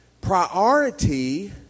priority